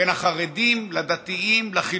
בין החרדים לדתיים, לחילונים,